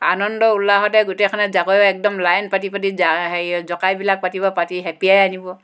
আনন্দ উল্লাহতে গোটেইখনে জাকৈ একদম লাইন পাতি পাতি হেৰি জকাইবিলাক পাতিব পাতি হেঁপিয়াই আনিব